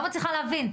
אני לא מצליחה להבין.